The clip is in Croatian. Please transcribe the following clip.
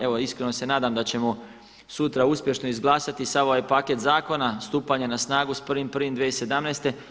Evo iskreno se nadam da ćemo sutra uspješno izglasati sav ovaj paket zakona, stupanja na snagu s 1.1.2017.